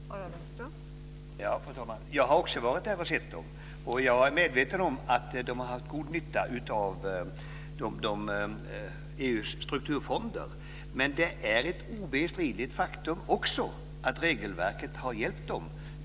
Fru talman! Jag har också varit där och sett hur det är, och jag är medveten om att irländarna har haft god nytta av EU:s strukturfonder. Men det är också ett obestridligt faktum att utöver strukturfonderna har regelverket varit till hjälp.